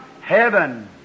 heaven